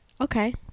okay